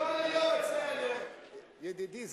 ידידי,